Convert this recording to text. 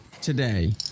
today